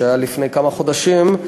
שהיה לפני כמה חודשים,